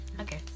Okay